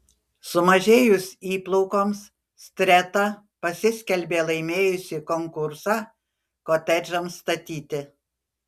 sumažėjus įplaukoms streta pasiskelbė laimėjusi konkursą kotedžams statyti